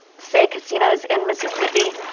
say, casinos in mississippi.